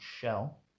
shell